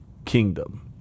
Kingdom